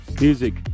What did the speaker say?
music